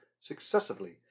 successively